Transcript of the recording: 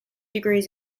degrees